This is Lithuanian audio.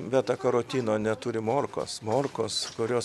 beta karotino neturi morkos morkos kurios